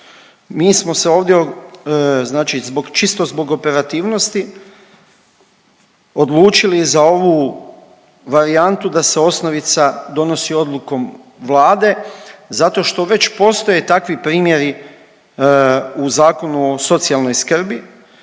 Mi smo se ovdje znači čisto zbog operativnosti odlučili za ovu varijantu da se osnovica donosi odlukom Vlade, zato što već postoje takvi primjeri u Zakonu o socijalnoj skrbi